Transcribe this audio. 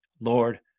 Lord